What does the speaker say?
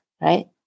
right